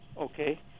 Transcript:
Okay